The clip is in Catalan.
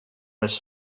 les